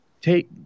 take